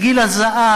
גיל הזהב,